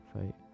Fight